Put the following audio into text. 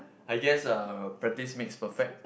I guess uh practice makes perfect